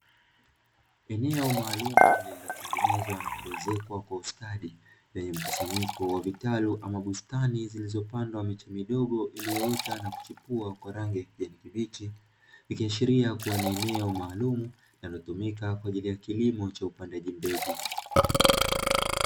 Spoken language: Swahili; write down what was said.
Eneo maalumu lililotengenezwa na kuezekwa kwa ustadi lenye mkusanyiko wa vitalu ama bustani zilizopandwa miche midogo iliyoota na kichipua kwa rangi ya kijani kibichi, ikiashiria kuwa ni eneo maalumu linalotumika kwa ajili ya kilimo cha upandaji mbegu.